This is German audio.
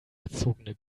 erzogene